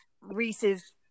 Reese's